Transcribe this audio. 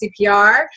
CPR